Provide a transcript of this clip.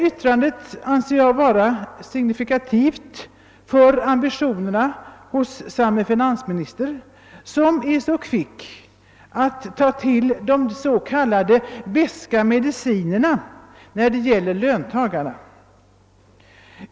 Yttrandet anser jag vara signifikativt för ambitionerna hos samme finansminister som är så kvick att ta till de »beska medicinerna» när det gäller löntagarna.